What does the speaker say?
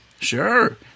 Sure